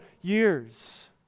years